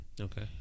Okay